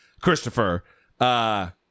Christopher